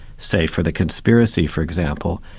say for the conspiracy for example,